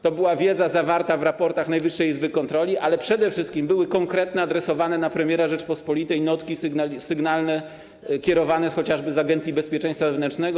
to była wiedza zawarta w raportach Najwyższej Izby Kontroli, ale przede wszystkim były konkretne, adresowane do premiera Rzeczypospolitej notki sygnalne, kierowane chociażby z Agencji Bezpieczeństwa Wewnętrznego.